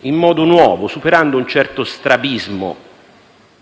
in modo nuovo, superando un certo strabismo